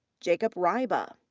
jacob ryba.